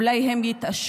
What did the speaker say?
אולי הם יתעשרו,